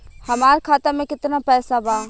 हमार खाता में केतना पैसा बा?